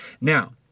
Now